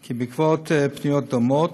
כי בעקבות פניות דומות,